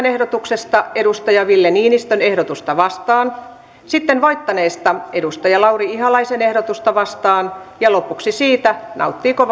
ehdotuksesta ville niinistön ehdotusta vastaan sitten voittaneesta lauri ihalaisen ehdotusta vastaan ja lopuksi siitä nauttiiko